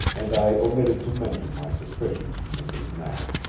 and i omitted to mention my suspicions to mrs. knapp.